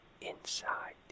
inside